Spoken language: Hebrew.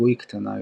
היגוי קטנה יותר.